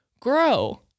grow